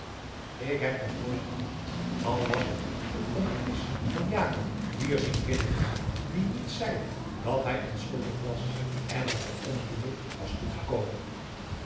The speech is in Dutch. ik heb nog nooit iemand al was het een complice van jaco hier zien binnen brengen die niet zeide dat hij onschuldig was en er bij ongeluk was toe